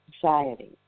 society